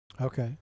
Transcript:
Okay